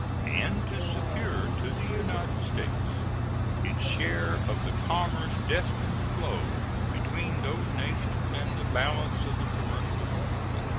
and to secure to the united states its share of the commerce destined to flow between those nations and the balance of the commercial world,